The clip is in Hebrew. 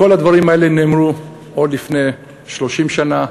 כל הדברים האלה נאמרו עוד לפני 30 שנה,